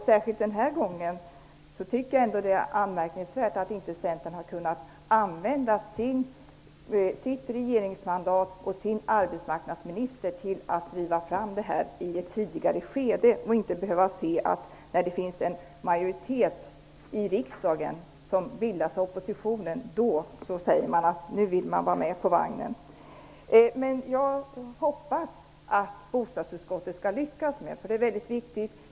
Särskilt den här gången tycker jag att det är anmärkningsvärt att inte Centern har kunnat använda sitt regeringsmandat och sin arbetsmarknadsminister till att driva fram detta i ett tidigare skede i stället för att behöva vänta tills oppositionen har bildat majoritet i riksdagen innan man säger att man vill vara med på vagnen. Jag hoppas att bostadsutskottet skall lyckas, för detta är mycket viktigt.